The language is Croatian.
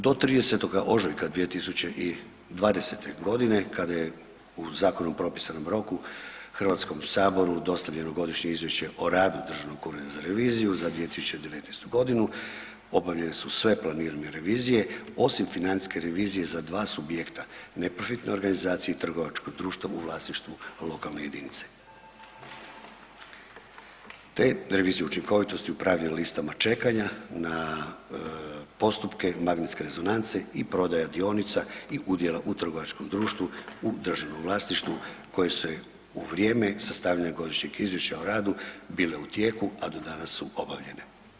Do 30. ožujka 2020.g. kada je u zakonom propisanom roku HS-u dostavljeno Godišnje izvješće o radu Državnog ureda za reviziju za 2019.g. obavljene su sve planirane revizije osim financijske revizije za dva subjekta, neprofitne organizacije i trgovačkog društva u vlasništvu lokalne jedinice, te reviziju učinkovitosti upravlja listama čekanja na postupke magnetske rezonance i prodaja dionica i udjela u trgovačkom društvu u državnom vlasništvu koje se u vrijeme sastavljanja Godišnjeg izvješća o radu bile u tijeku, a do danas su obavljene.